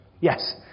Yes